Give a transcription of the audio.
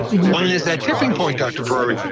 when is that tipping point, dr. ferrari?